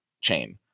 chain